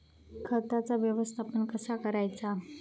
खताचा व्यवस्थापन कसा करायचा?